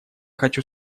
хочу